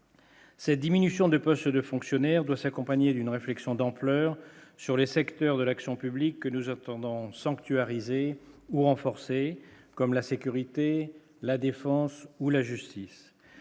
Ces diminutions de postes de fonctionnaires doit s'accompagner d'une réflexion d'ampleur sur les secteurs de l'action publique que nous attendons sanctuarisés ou en force comme la sécurité, la défense ou la justice,